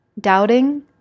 doubting